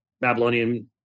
Babylonian